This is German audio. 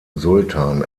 sultan